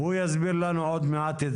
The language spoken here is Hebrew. יסביר לנו את זה עוד מעט.